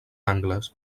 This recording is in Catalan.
angles